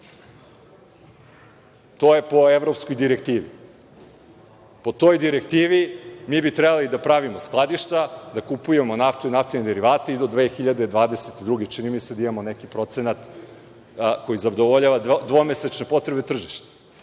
To je po evropskoj direktivi. Po toj direktivi mi trebali da pravimo skladišta, da kupujemo naftu i naftine derivate i da do 2022. godine, čini mi se, da imamo neki procenat koji zadovoljava dvomesečne potrebe tržišta.